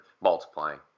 multiplying